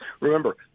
Remember